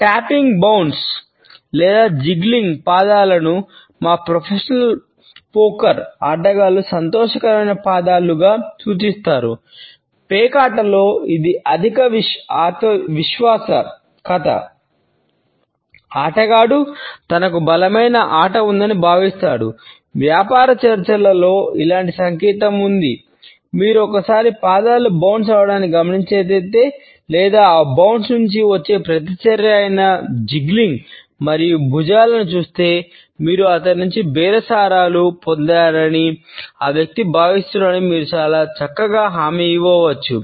topping bounce పొందాడని ఆ వ్యక్తి భావిస్తున్నాడని మీరు చాలా చక్కగా హామీ ఇవ్వవచ్చు